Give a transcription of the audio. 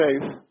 faith